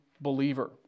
believer